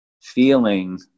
feeling